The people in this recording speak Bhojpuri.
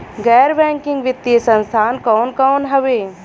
गैर बैकिंग वित्तीय संस्थान कौन कौन हउवे?